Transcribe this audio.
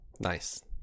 Nice